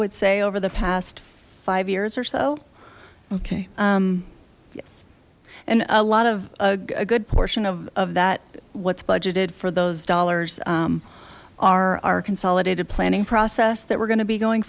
would say over the past five years or so okay and a lot of a good portion of that what's budgeted for those dollars are our consolidated planning process that we're going to be going